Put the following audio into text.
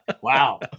wow